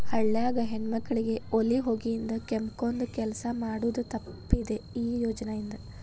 ಹಳ್ಯಾಗ ಹೆಣ್ಮಕ್ಕಳಿಗೆ ಒಲಿ ಹೊಗಿಯಿಂದ ಕೆಮ್ಮಕೊಂದ ಕೆಲಸ ಮಾಡುದ ತಪ್ಪಿದೆ ಈ ಯೋಜನಾ ಇಂದ